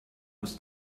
muss